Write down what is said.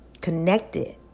connected